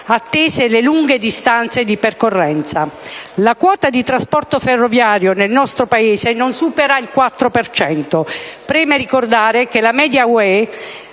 attese le lunghe distanze di percorrenza, la quota di trasporto ferroviario nel nostro Paese non supera il 4 per cento. Preme ricordare che la media